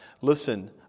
listen